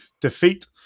defeat